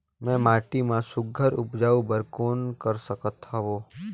मैं माटी मा सुघ्घर उपजाऊ बर कौन कर सकत हवो?